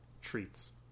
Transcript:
treats